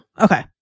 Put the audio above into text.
Okay